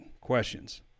Questions